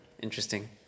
interesting